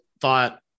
thought